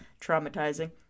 traumatizing